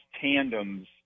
tandems